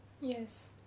Yes